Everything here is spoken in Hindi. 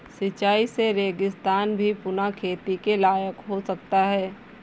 सिंचाई से रेगिस्तान भी पुनः खेती के लायक हो सकता है